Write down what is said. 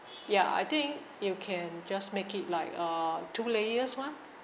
ya I think you can just make it like uh two layers [one]